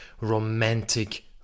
romantic